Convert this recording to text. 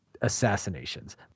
assassinations